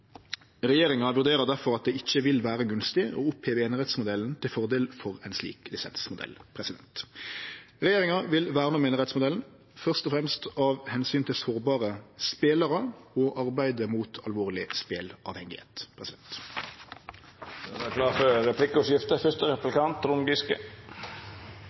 Regjeringa vurderer difor at det ikkje vil vere gunstig å oppheve einerettsmodellen til fordel for ein slik lisensmodell. Regjeringa vil verne om einerettsmodellen, først og fremst av omsyn til sårbare spelarar og arbeidet mot alvorleg speleavhengigheit. Det vert replikkordskifte. Jeg takker for